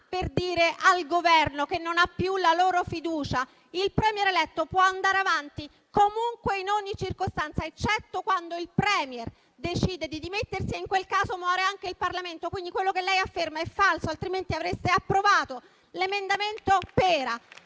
per dire al Governo che non ha più la loro fiducia. Il *Premier* eletto può andare avanti comunque, in ogni circostanza, eccetto quando decide di dimettersi, e in quel caso muore anche il Parlamento. Quindi, quello che lei afferma è falso, altrimenti avreste approvato il cosiddetto emendamento Pera.